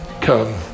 come